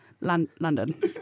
London